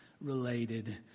related